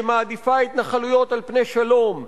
שמעדיפה התנחלויות על פני שלום,